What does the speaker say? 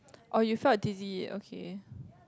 oh you felt dizzy okay